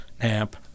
amp